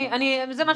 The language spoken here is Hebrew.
גברתי.